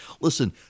Listen